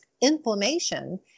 inflammation